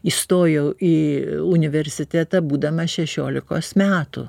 įstojau į universitetą būdama šešiolikos metų